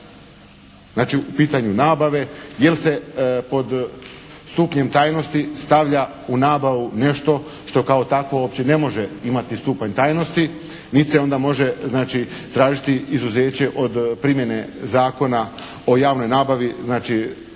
u pitanju nabave. Jel' se pod stupnjem tajnosti stavlja u nabavu nešto što kao takvo uopće ne može imati stupanj tajnosti? Niti se onda može znači, tražiti izuzeće od primjene Zakona o javnoj nabavi, znači